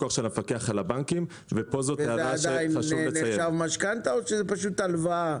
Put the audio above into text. זה עדיין נחשב משכנתא או פשוט הלוואה?